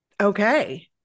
Okay